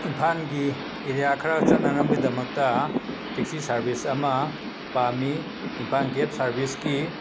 ꯏꯝꯐꯥꯟꯒꯤ area ꯈꯔ ꯆꯠꯅꯅꯕꯒꯤꯗꯃꯛꯇ taxi service ꯑꯃ ꯄꯥꯝꯃꯤ ꯏꯝꯐꯥꯟ ꯀꯦꯕ ꯁꯥꯔꯕꯤꯁꯀꯤ